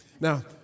Now